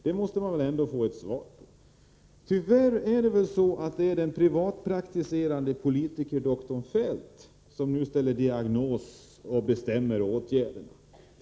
Det måste man kunna få ett svar på. Tyvärr är det den privatpraktiserande politikerdoktorn Feldt som nu ställer diagnos och bestämmer åtgärder.